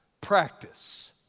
practice